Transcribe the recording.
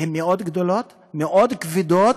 הן מאוד גדולות ומאוד כבדות,